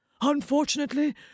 Unfortunately